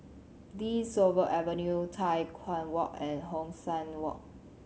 De Souza Avenue Tai Hwan Walk and Hong San Walk